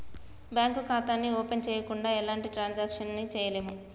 bank ఖాతాని open చెయ్యకుండా ఎలాంటి ట్రాన్సాక్షన్స్ ని చెయ్యలేము